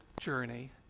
journey